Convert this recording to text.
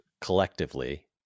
collectively